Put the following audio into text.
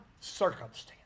circumstance